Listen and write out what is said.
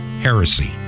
heresy